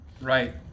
Right